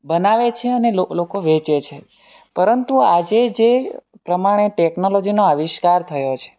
બનાવે છે અને લોકો વેચે છે પરંતુ આજે જે પ્રમાણે ટેકનોલોજીનો આવિષ્કાર થયો છે